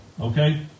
Okay